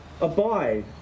abide